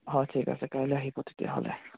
অঁ ঠিক আছে কাইলে আহিব তেতিয়াহ'লে